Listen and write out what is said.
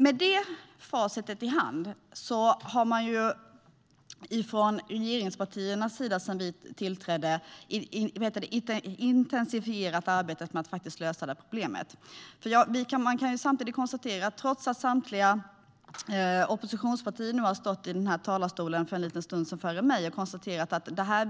Med facit i hand har man - efter det att vi tillträdde - från regeringspartierna intensifierat arbetet med att lösa det problemet. Trots att samtliga oppositionspartiers företrädare före mig har konstaterat i talarstolen att de har